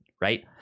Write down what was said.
right